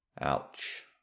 Ouch